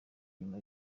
nyuma